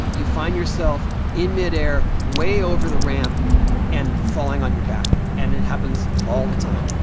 you find yourself in midair way over the ramp and falling on your back, and it happens all the time.